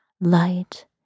light